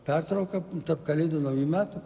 pertrauka tarp kalėdų naujų metų